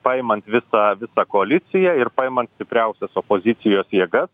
paimant visą visą koaliciją ir paimant stipriausias opozicijos jėgas